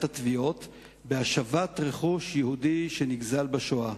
התביעות בהשבת רכוש יהודי שנגזל בשואה.